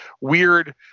weird